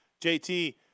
JT